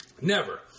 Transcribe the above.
never-